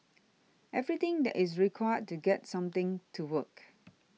everything that is required to get something to work